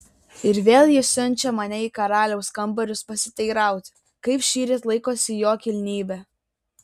ir vėl ji siunčia mane į karaliaus kambarius pasiteirauti kaip šįryt laikosi jo kilnybė